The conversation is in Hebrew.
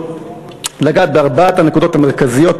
לגעת בארבע הנקודות המרכזיות,